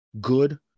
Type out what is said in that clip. good